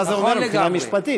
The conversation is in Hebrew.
מה זה אומר מבחינה משפטית.